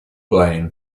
blaine